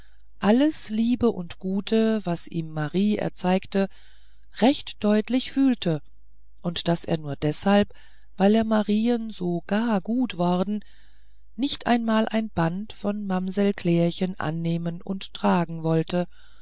alles liebe und gute was ihm marie erzeigte recht deutlich fühlte und daß er nur deshalb weil er marien so gar gut worden auch nicht einmal ein band von mamsell klärchen annehmen und tragen wollte